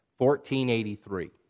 1483